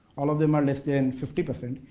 all of them are less than fifty percent.